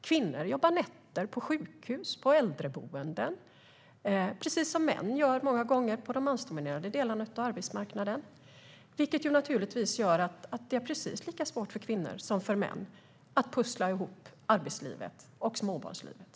Kvinnor jobbar nätter på sjukhus och på äldreboenden, precis som män många gånger gör i de mansdominerade delarna av arbetsmarknaden. Det gör naturligtvis att det är precis lika svårt för kvinnor som för män att pussla ihop arbetslivet och småbarnslivet.